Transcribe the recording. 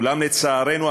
אולם לצערנו,